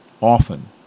often